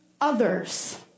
others